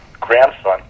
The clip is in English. grandson